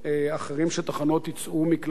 שתחנות יצאו מכלל שימוש?